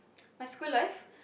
my school life